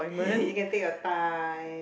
you can take your time